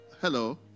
hello